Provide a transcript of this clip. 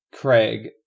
Craig